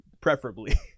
Preferably